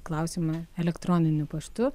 klausimą elektroniniu paštu